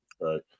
Right